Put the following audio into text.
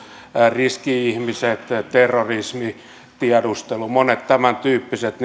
riski ihmiset terrorismi tiedustelu monet tämäntyyppiset